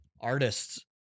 artists